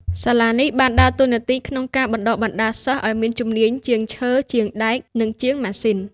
សាលានេះបានដើរតួនាទីក្នុងការបណ្ដុះបណ្ដាលសិស្សឱ្យមានជំនាញជាងឈើ ជាងដែក និងជាងម៉ាស៊ីន។